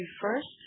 first